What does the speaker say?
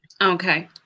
Okay